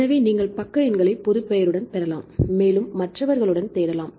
எனவே நீங்கள் பக்க எண்களைப் பொதுப் பெயருடன் பெறலாம் மேலும் மற்றவர்களுடன் தேடலாம்